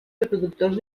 reproductors